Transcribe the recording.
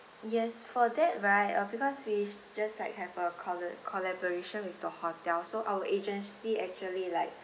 yes for that right uh because we've just like have a collab~ collaboration with the hotel so our agency actually like